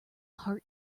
heart